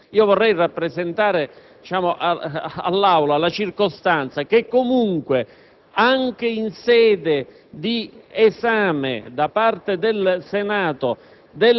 vorrei rappresentare all'Aula la circostanza che comunque, anche in sede di esame da parte del Senato